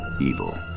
evil